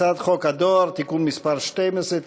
הצעת חוק הדואר (תיקון מס' 12),